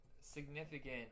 significant